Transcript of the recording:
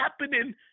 happening